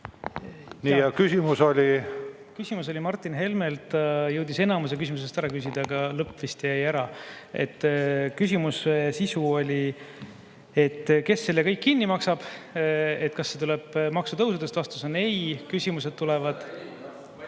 Küsimus oli Martin Helmelt, ta jõudis enamuse küsimusest ära küsida, aga lõpp vist jäi ära. Küsimuse sisu oli, kes selle kõik kinni maksab, kas see tuleb maksutõusude abil. Vastus on ei. Küsimused tulevad